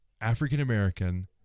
African-American